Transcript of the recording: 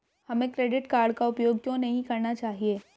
हमें credit card का उपयोग क्यों नहीं करना चाहिए?